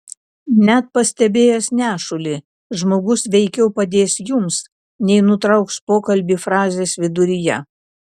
net pastebėjęs nešulį žmogus veikiau padės jums nei nutrauks pokalbį frazės viduryje